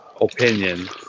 opinion